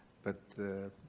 but the